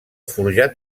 forjat